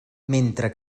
mentre